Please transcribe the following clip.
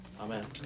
Amen